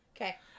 Okay